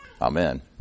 Amen